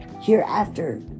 hereafter